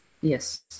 Yes